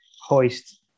hoist